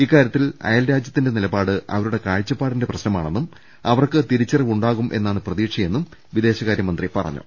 ഇക്കാര്യത്തിൽ അയൽരാജ്യത്തിന്റെ നിലപാട് അവരുടെ കാഴ്ചപ്പാടിന്റെ പ്രശ്നമാണെന്നും അവർക്ക് തിരിച്ചറിവുണ്ടാകും എന്നാണ് പ്രതീക്ഷ്യെന്നും വിദേ ശകാര്യ മന്ത്രി പറഞ്ഞു